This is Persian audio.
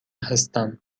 هستم